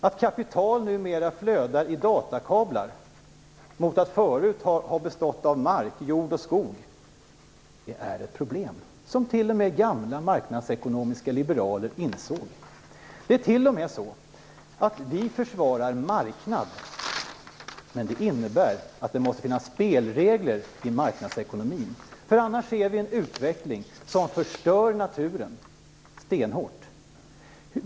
Att kapital numera flödar i datakablar - mot att förut ha bestått av mark, jord och skog - är ett problem, som också gamla marknadsekonomiska liberaler insåg. Vi försvarar t.o.m. marknaden, men det innebär att det måste finnas spelregler i marknadsekonomin. Annars ser vi nämligen en utveckling som stenhårt förstör naturen.